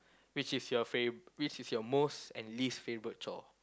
which is your favourite which is your most and least favourite chore